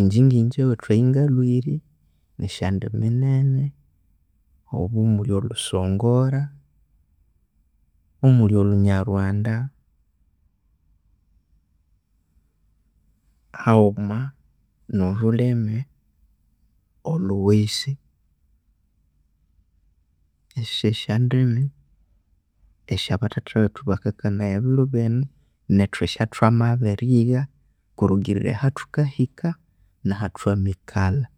ingye ngi'ngye ewethu eyangalhwire eyangalhwire nisha ndimi nene obo omulhi:olhulhimi olhusongora, olhulhimi olhu nyarwanda haghuma no lhulhimi olhuwisi, esyo sya ndimi esya bathatha wethu bakakanaya ebilu binu nethu esyathwamabiryigha kulugirira aha thukahika naha thwamikalha.